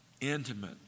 intimate